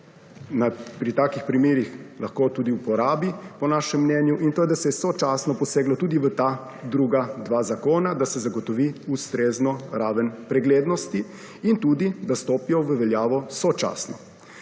pri takih primerih lahko tudi uporabi, po našem mnenju, in to je, da se je sočasno poseglo tudi v ta druga zakona, da se zagotovi ustrezno raven preglednosti in tudi, da stopijo v veljavo sočasno.